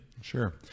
sure